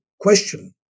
question